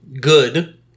good